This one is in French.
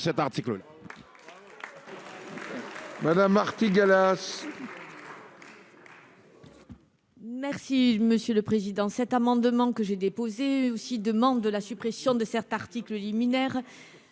Merci Monsieur le Président. Cet amendement que j'ai déposé aussi de membres de la suppression de certes article liminaire.